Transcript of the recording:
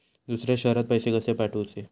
दुसऱ्या शहरात पैसे कसे पाठवूचे?